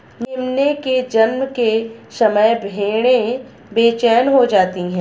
मेमने के जन्म के समय भेड़ें बेचैन हो जाती हैं